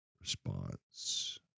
response